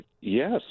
Yes